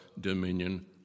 dominion